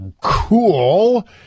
cool